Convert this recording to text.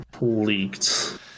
Leaked